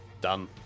done